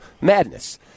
madness